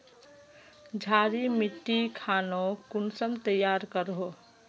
क्षारी मिट्टी खानोक कुंसम तैयार करोहो?